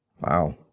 Wow